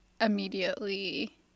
immediately